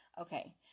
Okay